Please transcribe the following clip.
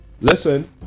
listen